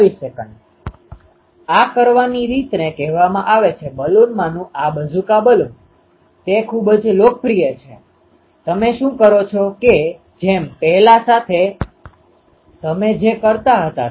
સ્વાભાવિક રીતે radiation pattern એ મૂળભૂત રીતે પાવર પેટર્ન છે તેથી દૂરના ક્ષેત્રમાં આપણે Hθ ચુંબકીય ક્ષેત્રને જાણીએ છીએ જે અમુક અચળનો આની સાથેનો ગુણાકાર છે